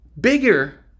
bigger